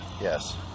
Yes